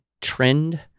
trend